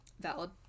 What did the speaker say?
Valid